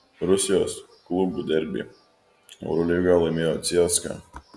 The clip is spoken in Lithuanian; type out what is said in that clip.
rusijos klubų derbį eurolygoje laimėjo cska